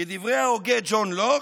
כדברי ההוגה ג'ון לוק: